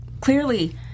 clearly